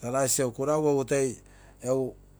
taa rice egu kuraugu egu toi egu.